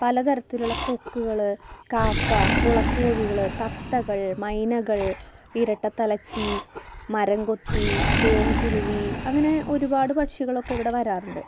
പല തരത്തിലുള്ള കൊക്കുകൾ കാക്ക കൊളക്കോഴികൾ തത്തകൾ മൈനകൾ ഇരട്ടതലച്ചി മരം കൊത്തി തേൻകുരുവി അങ്ങനെ ഒരുപാട് പക്ഷികളക്കെ ഇവിടെ വരാറുണ്ട്